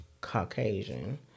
Caucasian